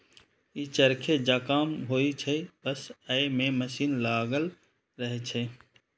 ई चरखे जकां होइ छै, बस अय मे मशीन लागल रहै छै